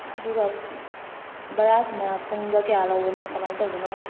ꯑꯗꯨꯒ ꯕꯔꯥꯁꯤꯅ ꯄꯨꯡꯗ ꯀꯌꯥ ꯂꯧꯕꯅꯣ ꯀꯃꯥꯏꯅ ꯇꯧꯕꯅꯣ